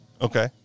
Okay